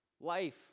Life